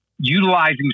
utilizing